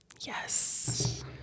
yes